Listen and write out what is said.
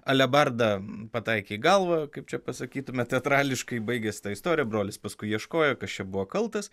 alebarda pataikė į galvą kaip čia pasakytume teatrališkai baigėsi ta istorija brolis paskui ieškojo kas čia buvo kaltas